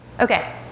Okay